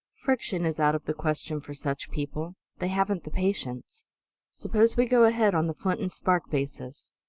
friction is out of the question for such people they haven't the patience suppose we go ahead on the flint-and-spark basis.